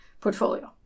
portfolio